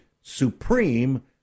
supreme